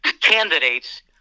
candidates